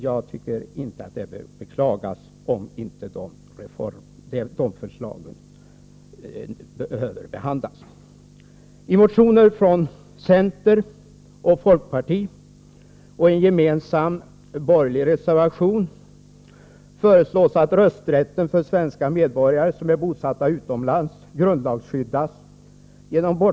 Jag tycker inte att det behöver beklagas om det förslaget inte behandlas.